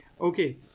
okay